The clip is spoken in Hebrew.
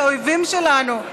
האויבים שלנו.